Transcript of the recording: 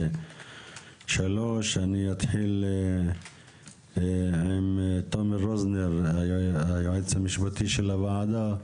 אני אתחיל עם תומר רוזנר, היועץ המשפטי של הוועדה,